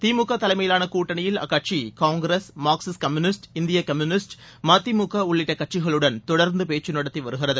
திமுக தலைமையிலான கூட்டணியில் அக்கட்சி காங்கிரஸ் மார்க்சிஸ்ட் கம்யூனிஸ்ட் இந்திய கம்யூனிஸ்ட் மதிமுக உள்ளிட்ட கட்சிகளுடன் தொடர்ந்து பேச்சு நடத்தி வருகிறது